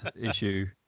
issue